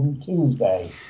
Tuesday